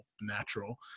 natural